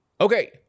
Okay